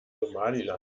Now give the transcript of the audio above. somaliland